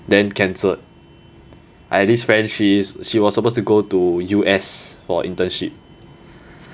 then cancelled I have this friend she she was supposed to go to U_S for internship